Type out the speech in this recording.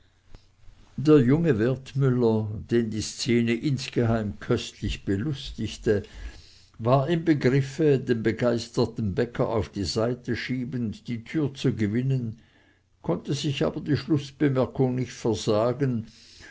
der junge wertmüller den die szene insgeheim köstlich belustigte war im begriffe den begeisterten bäcker auf die seite schiebend die tür zu gewinnen konnte sich aber die schlußbemerkung nicht versagen